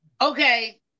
Okay